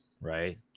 right